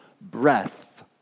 breath